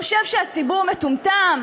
הוא חושב שהציבור מטומטם?